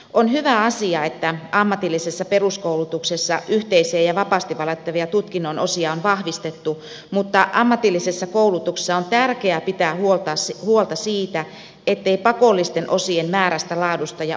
on hyvä asia että ammatillisessa peruskoulutuksessa yhteisiä ja vapaasti valittavia tutkinnon osia on vahvistettu mutta ammatillisessa koulutuksessa on tärkeä pitää huolta siitä ettei pakollisten osien määrästä laadusta ja osaamisvaatimuksista tingitä